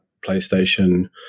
PlayStation